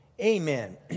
amen